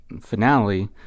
finale